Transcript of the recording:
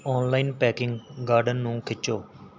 online packing garden ਨੂੰ ਖਿੱਚੋ